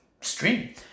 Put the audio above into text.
stream